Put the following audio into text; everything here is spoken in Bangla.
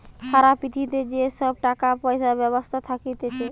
সারা পৃথিবীতে যে সব টাকা পয়সার ব্যবস্থা থাকতিছে